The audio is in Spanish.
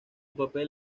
papel